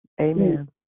Amen